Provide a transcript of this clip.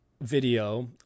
video